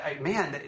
Man